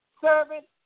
servant